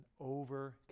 over